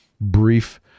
brief